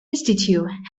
institute